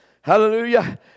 Hallelujah